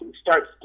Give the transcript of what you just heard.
starts